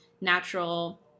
natural